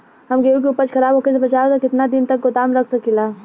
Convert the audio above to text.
हम गेहूं के उपज खराब होखे से बचाव ला केतना दिन तक गोदाम रख सकी ला?